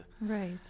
Right